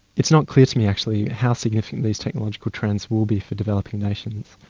it's not clear to me actually how significant these technological trends will be for developing nations.